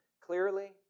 clearly